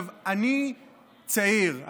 אני צעיר.